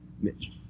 Mitch